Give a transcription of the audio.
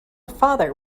father